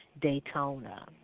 Daytona